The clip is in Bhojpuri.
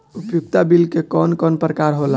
उपयोगिता बिल के कवन कवन प्रकार होला?